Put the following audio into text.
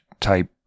type